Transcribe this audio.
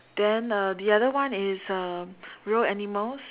then uh the other one is um real animals